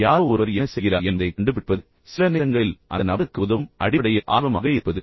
யாரோ ஒருவர் என்ன செய்கிறார் என்பதைக் கண்டுபிடிப்பது போல சில நேரங்களில் அந்த நபருக்கு உதவும் அடிபடையில் ஆர்வமாக இருப்பது போல